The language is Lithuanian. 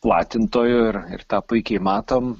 platintojų ir ir tą puikiai matom